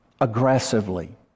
aggressively